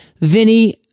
Vinny